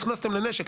נכנסתם לנשק,